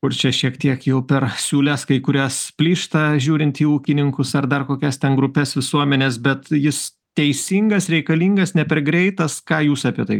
kur čia šiek tiek jau per siūles kai kurias plyšta žiūrint į ūkininkus ar dar kokias ten grupes visuomenės bet jis teisingas reikalingas ne per greitas ką jūs apie tai